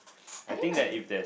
I mean like